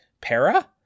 Para